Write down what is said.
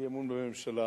אי-אמון בממשלה